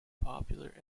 popular